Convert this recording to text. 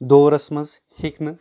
دورس منٛز ہٮ۪کہِ نہٕ